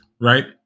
right